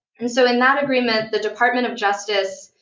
and so in that agreement, the department of justice,